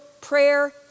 Prayer